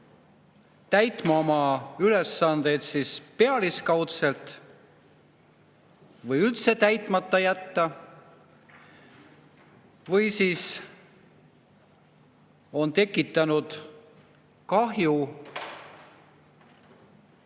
täitma oma ülesandeid pealiskaudselt või üldse täitmata jätma, või on tekitanud kahju